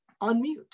Unmute